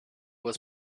was